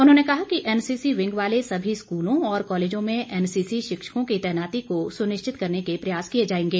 उन्होंने कहा कि एनसीसी विंग वाले सभी स्कूलों और कॉलेजों में एन सीसी शिक्षकों की तैनानी को सुनिश्चित करने के प्रयास किए जाएंगे